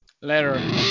Later